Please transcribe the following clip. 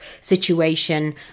situation